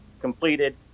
completed